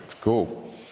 Cool